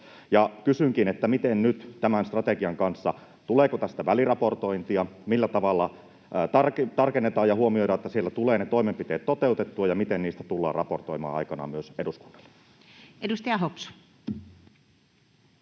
kysynkin: Miten nyt tämän strategian kanssa? Tuleeko tästä väliraportointia? Millä tavalla tarkennetaan ja huomioidaan, että siellä tulevat ne toimenpiteet toteutettua, ja miten niistä tullaan raportoimaan aikanaan myös eduskunnalle? Edustaja Hopsu.